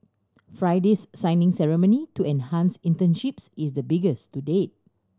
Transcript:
Friday's signing ceremony to enhance internships is the biggest to date